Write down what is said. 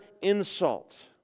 insult